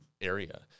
area